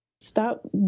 Stop